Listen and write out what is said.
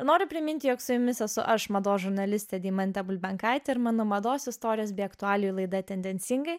noriu priminti jog su jumis esu aš mados žurnalistė deimantė bulbenkaitė ir mano mados istorijos bei aktualijų laida tendencingai